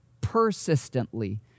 persistently